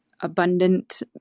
abundant